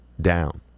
down